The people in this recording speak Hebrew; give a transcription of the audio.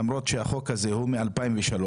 למרות שהחוק הזה מ-2003,